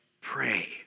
Pray